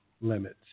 limits